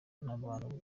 abantu